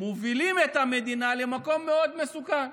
מובילים את המדינה למקום מאוד מסוכן.